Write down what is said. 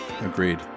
agreed